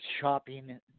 shopping